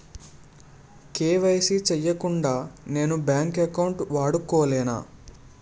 KYC చేయకుండా నేను bank account వాడుకొలేన?